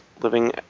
living